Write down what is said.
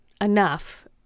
enough